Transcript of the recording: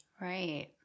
Right